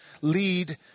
lead